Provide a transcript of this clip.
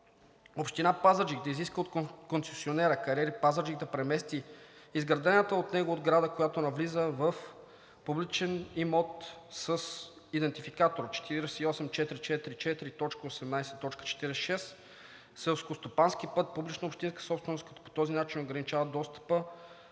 Община Пазарджик трябва да изиска от концесионера „Кариери Пазарджик“ да премести изградената от него ограда, която навлиза в публичен имот с идентификатор 48-444.18.46 – селскостопански път публична общинска собственост, като по този начин ограничава достъпа